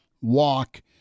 walk